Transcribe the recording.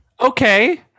Okay